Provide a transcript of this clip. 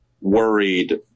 worried